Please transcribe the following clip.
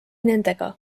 nendega